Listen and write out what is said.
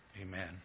amen